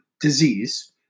disease